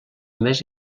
més